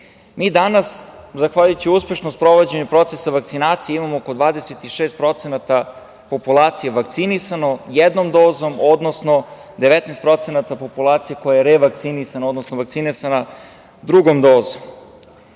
danas, zahvaljujući uspešnom sprovođenju procesa vakcinacije, imamo oko 26% populacije vakcinisano jednom dozom, odnosno 19% populacije koja je revakcinisana, odnosno vakcinisana drugom dozom. Ono